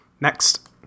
Next